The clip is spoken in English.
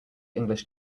english